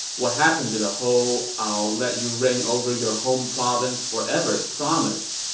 what happened to the whole i'll let you reign over your home province forever promise?